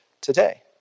today